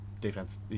defense